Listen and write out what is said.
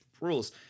rules